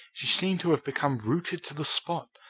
she seemed to have become rooted to the spot,